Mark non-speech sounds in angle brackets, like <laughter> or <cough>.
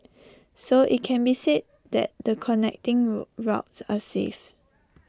so IT can be said that the connecting <unintelligible> are safe